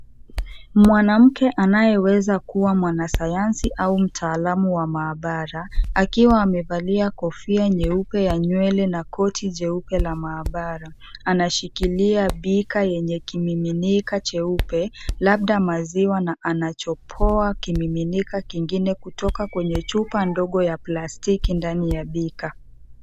Mwanamke anayeweza kuwa mwanasayansi au mtaalamu wa maabara akiwa amevalia kofia nyeupe ya nywele na koti jeupe la maabara. Anashikilia bika yenye kimiminika cheupe labda maziwa na anachopoa kimiminika kutoka kwenye chupa ndogo yaplastiki ndani ya bika.